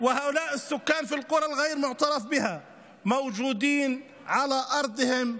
האלה והתושבים בכפרים הלא-מוכרים נמצאים על האדמה שלהם,